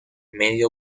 medio